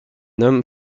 homme